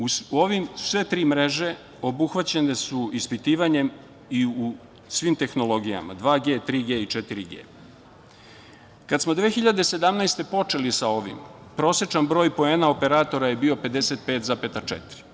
U ovim sve tri mreže obuhvaćene su ispitivanjem i u svim tehnologijama 2G, 3G i 4G. Kad smo 2017. godine počeli sa ovim, prosečan broj poena operatora je bio 55,4.